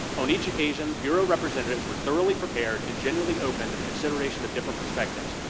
on each occasion, bureau representatives were thoroughly prepared and generally open to the consideration of different perspective.